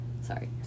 Sorry